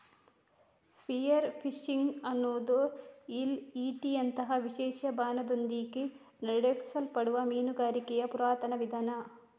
spear fishing ಅನ್ನುದು ಈಲ್ ಈಟಿಯಂತಹ ವಿಶೇಷ ಬಾಣದೊಂದಿಗೆ ನಡೆಸಲ್ಪಡುವ ಮೀನುಗಾರಿಕೆಯ ಪುರಾತನ ವಿಧಾನ